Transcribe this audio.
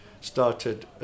started